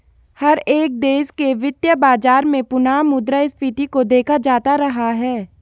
हर एक देश के वित्तीय बाजार में पुनः मुद्रा स्फीती को देखा जाता रहा है